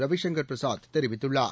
ரவிசங்கர் பிரசாத் தெரிவித்துள்ளார்